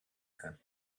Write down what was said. can